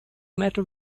matter